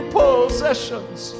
possessions